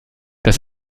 das